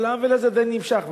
אבל העוול הזה עדיין נמשך,